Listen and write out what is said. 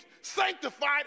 sanctified